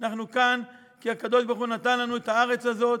אנחנו כאן כי הקדוש-ברוך-הוא נתן לנו את הארץ הזאת.